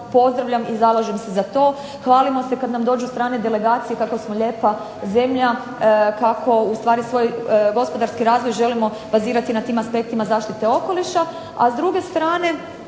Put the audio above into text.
pozdravljam i zalažem se za to. Hvalimo se kada nam dođu strane delegacije kako smo lijepa zemlja kako svoj gospodarski razvoj želimo bazirati na tim aspektima zaštite okoliša, a s druge strane